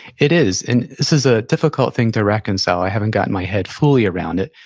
it is, and this is a difficult thing to reconcile. i haven't gotten my head fully around it.